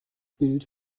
bild